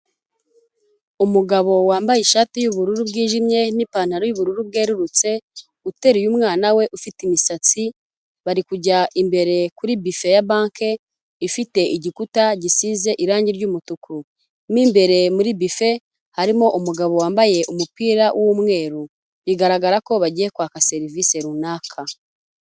Umugabo wambaye ishati y'ubururu bwijimye n'ipantaro yubururu bwerurutse, utereye umwana we ufite imisatsi, bari kujya imbere kuri bife ya banki, ifite igikuta gisize irangi ry'umutuku, mo imbere muri bufe harimo umugabo wambaye umupira w'umweru, bigaragara ko bagiye kwaka serivisi runaka.